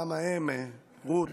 גם האם רות